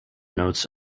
notes